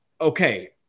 Okay